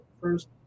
first